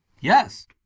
Yes